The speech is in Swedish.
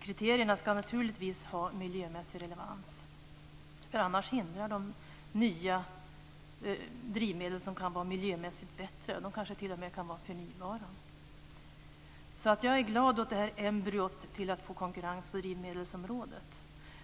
Kriterierna ska naturligtvis ha miljömässig relevans, för annars hindrar de nya drivmedel som kan vara miljömässigt bättre - de kanske t.o.m. kan vara förnybara. Jag är glad åt detta embryo till att få konkurrens på drivmedelsområdet,